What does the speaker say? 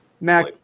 Mac